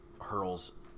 hurls